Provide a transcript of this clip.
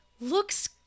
looks